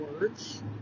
words